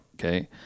okay